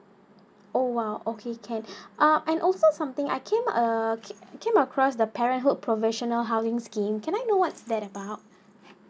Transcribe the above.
oh !wow! okay can uh and also something I came err came came across the parenthood professional housings scheme can I know what's that about